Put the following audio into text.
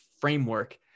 framework